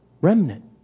Remnant